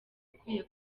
ukwiye